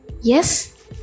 Yes